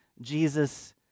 Jesus